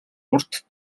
урт